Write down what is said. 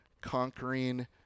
conquering